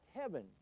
heaven